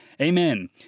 Amen